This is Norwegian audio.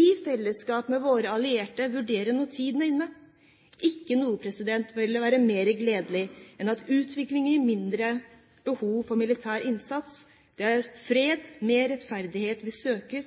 i fellesskap med våre allierte – vurdere når tiden er inne. Ikke noe ville være mer gledelig enn at utviklingen gir mindre behov for militær innsats. Det er fred med rettferdighet vi søker.